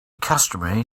customary